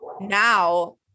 now